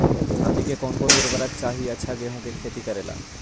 हमनी के कौन कौन उर्वरक चाही अच्छा गेंहू के खेती करेला?